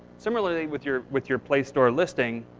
similarly, with your with your play store listing,